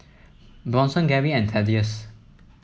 Bronson Garry and Thaddeus